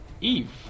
Eve